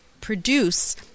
produce